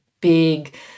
big